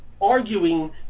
arguing